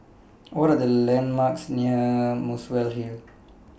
What Are The landmarks near Muswell Hill